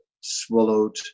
swallowed